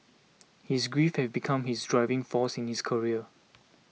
his grief had become his driving force in his career